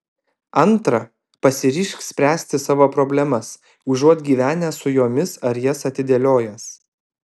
antra pasiryžk spręsti savo problemas užuot gyvenęs su jomis ar jas atidėliojęs